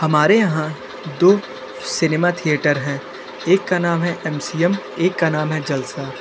हमारे यहाँ दो सिनेमा थिएटर है एक का नाम है एम सी एम एक कम नाम है जलसा